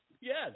Yes